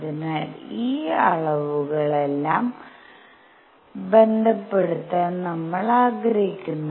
അതിനാൽ ഈ അളവുകളെല്ലാം ബന്ധപ്പെടുത്താൻ നമ്മൾ ആഗ്രഹിക്കുന്നു